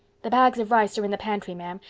the bags of rice are in the pantry, ma'am,